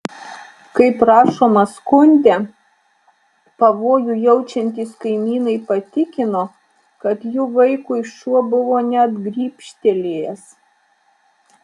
kaip rašoma skunde pavojų jaučiantys kaimynai patikino kad jų vaikui šuo buvo net grybštelėjęs